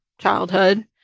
childhood